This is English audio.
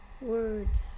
words